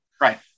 right